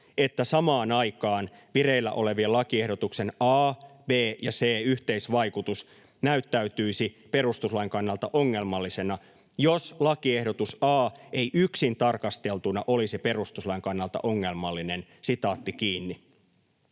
että samaan aikaan vireillä olevien lakiehdotusten a, b ja c yhteisvaikutus näyttäytyisi perustuslain kannalta ongelmallisena, jos lakiehdotus a ei yksin tarkasteluna olisi perustuslain kannalta ongelmallinen.” Suomen